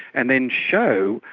and then show,